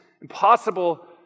impossible